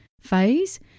phase